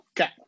Okay